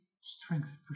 strength